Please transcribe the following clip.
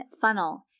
funnel